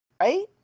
right